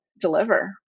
deliver